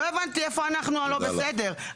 לא הבנתי איפה אנחנו הלא בסדר.